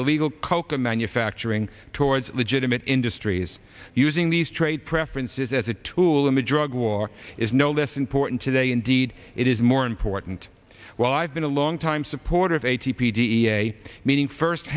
illegal coca manufacturing towards legitimate industries using these trade preferences as a tool in the drug war is no less important today indeed it is more important well i've been a longtime supporter of a t p to a meeting first